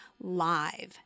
live